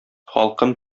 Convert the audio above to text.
халкым